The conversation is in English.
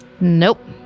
Nope